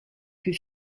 que